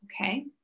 Okay